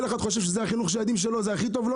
כל אחד חושב שהחינוך שלו לילדים שלו הוא הכי טוב,